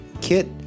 Kit